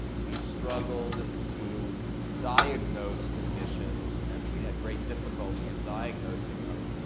we struggled to diagnose conditions, and we had great difficulty in diagnosing them.